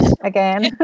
again